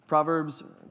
Proverbs